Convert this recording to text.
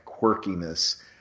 quirkiness